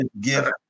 gift